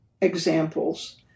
examples